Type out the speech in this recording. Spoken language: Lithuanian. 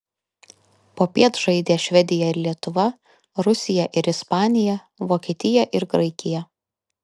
popiet žaidė švedija ir lietuva rusija ir ispanija vokietija ir graikija